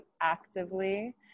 actively